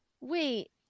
wait